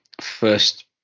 first